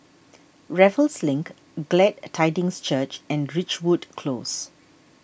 Raffles Link Glad Tidings Church and Ridgewood Close